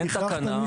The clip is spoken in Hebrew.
אין תקנה.